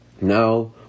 now